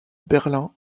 berlin